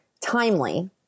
timely